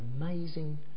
amazing